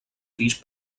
fills